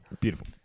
Beautiful